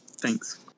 thanks